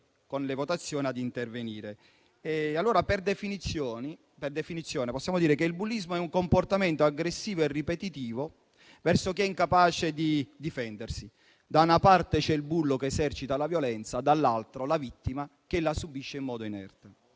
con le votazioni ad intervenire. Per definizione possiamo dire che il bullismo è un comportamento aggressivo e ripetitivo verso chi è incapace di difendersi; da una parte c'è il bullo, che esercita la violenza; dall'altra c'è la vittima, che la subisce in modo inerte.